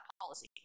policy